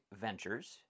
Ventures